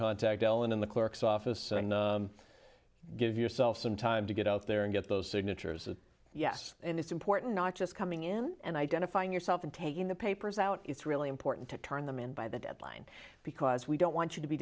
contact dell in the clerk's office and give yourself some time to get out there and get those signatures yes and it's important not just coming in and identifying yourself and taking the papers out it's really important to turn them in by the deadline because we don't want you to be